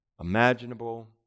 Imaginable